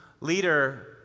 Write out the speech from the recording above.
leader